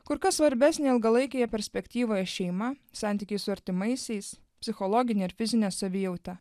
kur kas svarbesnė ilgalaikėje perspektyvoje šeima santykiai su artimaisiais psichologinė ar fizinė savijauta